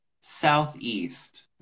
southeast